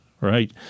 right